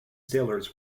sailors